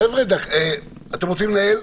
חבר'ה, אתם רוצים לנהל?